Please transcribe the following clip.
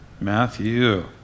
Matthew